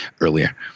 earlier